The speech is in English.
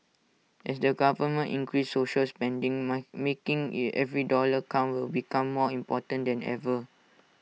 as the government increases social spending might making the every dollar count will become more important than ever